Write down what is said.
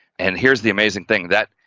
and here's the amazing thing that,